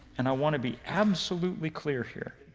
and i want to be absolutely clear here,